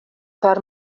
per